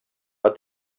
but